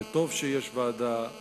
וטוב שיש ועדה,